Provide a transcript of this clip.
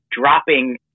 dropping